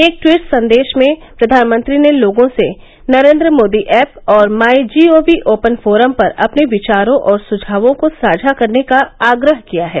एक ट्वीट संदेश में प्रधानमंत्री ने लोगों से Narendra Modi app my G O V वी ओपन फोरम पर अपने विचारों और सुझावों को साझा करने का आग्रह किया है